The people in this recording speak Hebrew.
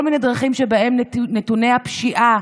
כל מיני דרכים שבהן נתוני הפשיעה